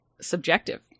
Subjective